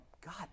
God